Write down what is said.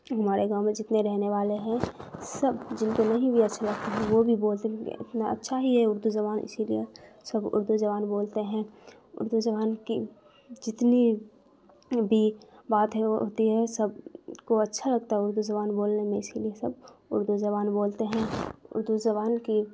ہمارے گاؤں میں جتنے رہنے والے ہیں سب جن کو نہیں بھی اچھا لگتا ہے وہ بھی بولتے ہیں اتنا اچھا ہی ہے اردو زبان اسی لیے سب اردو زبان بولتے ہیں اردو زبان کی جتنی بھی بات ہے ہوتی ہے سب کو اچھا لگتا ہے اردو زبان بولنے میں اسی لیے سب اردو زبان بولتے ہیں اردو زبان کی